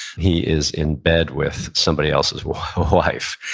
he is in bed with somebody else's wife.